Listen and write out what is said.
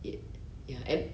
it ya